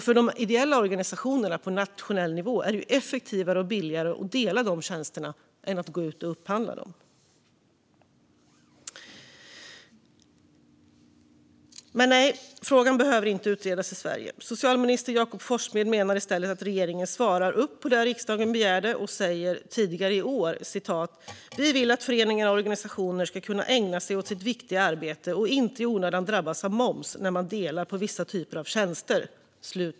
För de ideella organisationerna på nationell nivå är det effektivare och billigare att dela dessa tjänster än att gå ut och upphandla dem. Men nej - frågan behöver inte utredas i Sverige. Socialminister Jakob Forssmed menar i stället att regeringen svarar upp mot det som riksdagen begärde och sa tidigare i år: "Vi vill att föreningar och organisationer ska kunna ägna sig åt sitt viktiga arbete och inte i onödan drabbas av moms när man delar på vissa typer av tjänster."